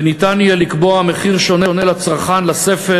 וניתן יהיה לקבוע מחיר שונה לצרכן לספר